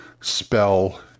spell